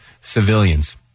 civilians